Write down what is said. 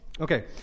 Okay